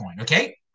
okay